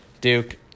Duke